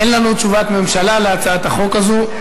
אין לנו תשובת ממשלה על הצעת החוק הזו,